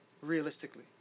Realistically